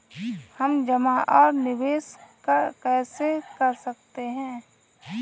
हम जमा और निवेश कैसे कर सकते हैं?